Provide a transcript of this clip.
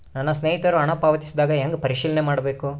ನನ್ನ ಸ್ನೇಹಿತರು ಹಣ ಪಾವತಿಸಿದಾಗ ಹೆಂಗ ಪರಿಶೇಲನೆ ಮಾಡಬೇಕು?